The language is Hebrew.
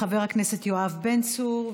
חבר הכנסת יואב בן צור,